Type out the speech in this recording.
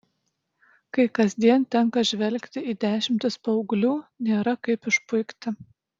kai kasdien tenka žvelgti į dešimtis paauglių nėra kaip išpuikti